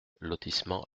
lotissement